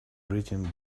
written